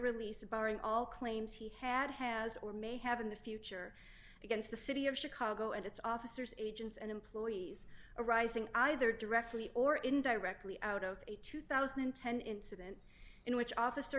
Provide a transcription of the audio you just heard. release barring all claims he had has or may have in the future against the city of chicago and its officers agents and employees arising either directly or in directly out of a two thousand and ten incident in which officer